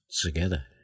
together